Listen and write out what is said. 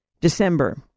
December